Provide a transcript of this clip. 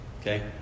Okay